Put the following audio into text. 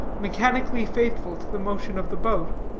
mechanically faithful to the motion of the boat.